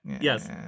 Yes